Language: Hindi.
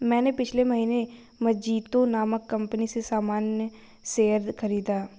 मैंने पिछले महीने मजीतो नामक कंपनी में सामान्य शेयर खरीदा